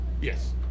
Yes